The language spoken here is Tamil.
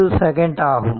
2 செகண்ட் ஆகும்